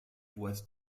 was